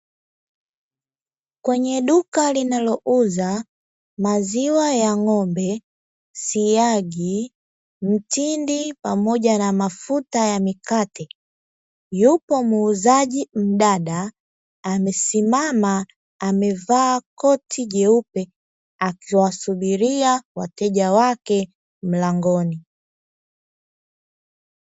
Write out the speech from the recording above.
Kwenye duka linalouza maziwa ya ng’ombe, siagi, mtindi pamoja na mafuta ya mikate. Yupo muuzaji mdada amesimama amevaa koti jeupe, akiwasubiria wateja wake mlangoni.